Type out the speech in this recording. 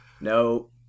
No